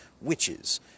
witches